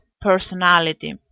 personality